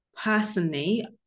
Personally